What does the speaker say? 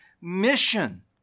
mission